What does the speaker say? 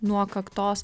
nuo kaktos